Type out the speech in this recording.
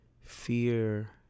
Fear